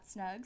Snugs